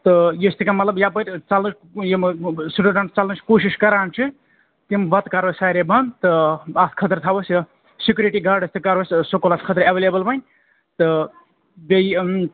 تہٕ یُس تہِ کانٛہہ مطلب یپٲرۍ ژَلان یِم سِٹوٗڈنٛٹ ژَلنٕچ کوٗشِش کَران چھِ تِم وَتہٕ کَرو أسۍ ساریٚے بَنٛد تہٕ اَتھ خٲطرٕ تھاوَو أسۍ سیکیورِٹی گاڈَس تہِ کَرو أسۍ سکوٗلَس خٲطرٕ ایویلیبٕل وۅنۍ تہٕ بیٚیہِ یِم